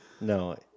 No